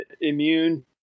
immune